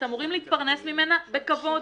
אתם אמורים להתפרנס בכבוד.